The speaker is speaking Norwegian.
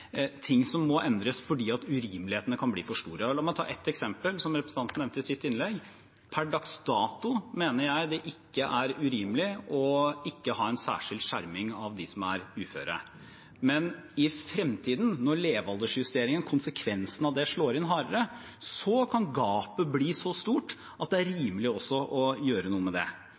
ting som må endres fordi urimelighetene kan bli for store. La meg ta ett eksempel, som representanten nevnte i sitt innlegg. Per dags dato mener jeg det ikke er urimelig å ikke ha en særskilt skjerming av dem som er uføre. Men i fremtiden, når konsekvensene av levealdersjusteringen slår inn hardere, kan gapet bli så stort at det er rimelig også å gjøre noe med det.